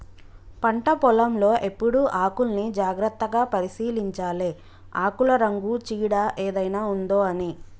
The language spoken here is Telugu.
పంట పొలం లో ఎప్పుడు ఆకుల్ని జాగ్రత్తగా పరిశీలించాలె ఆకుల రంగు చీడ ఏదైనా ఉందొ అని